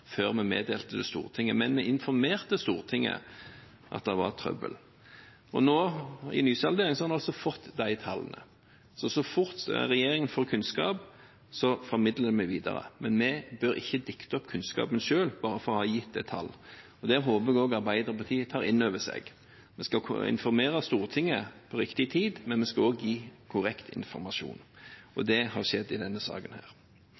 før vi meddelte det til Stortinget – men vi informerte Stortinget om at det var trøbbel. Nå, i nysalderingen, har vi fått tallene. Så så fort regjeringen får kunnskap, formidler vi det videre. Vi bør ikke dikte opp kunnskapen selv bare for å ha gitt et tall, det håper jeg også Arbeiderpartiet tar inn over seg. Vi skal informere Stortinget til riktig tid, men vi skal også gi korrekt informasjon, og det har skjedd i denne saken.